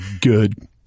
good